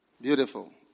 Beautiful